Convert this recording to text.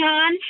on